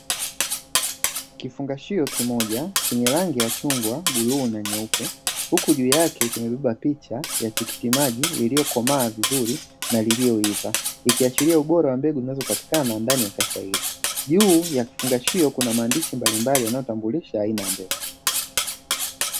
Kifungashio kimoja chenye rangi ya chungwa, bluu na nyeupe huku juu yake kimebeba picha ya tikiti maji lililokomaa vizuri na lililoiva ikiashiria ubora wa mbegu zinazopatikana ndani ya kasha hili. Juu ya kifungashio kuna maandishi mbalimbali yanayotambulisha aina ya mbegu.